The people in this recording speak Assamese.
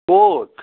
ক'ত